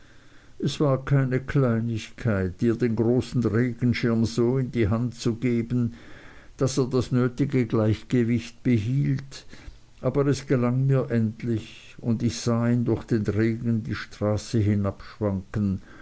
es war keine kleinigkeit ihr den großen regenschirm so in die hand zu geben daß er das gehörige gleichgewicht behielt aber es gelang mir endlich und ich sah ihn durch den regen die straße